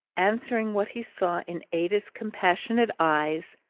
answering what he saw in ada's compassionate eyes,